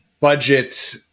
budget